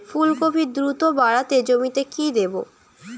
ফুলকপি দ্রুত বাড়াতে জমিতে কি দেবো?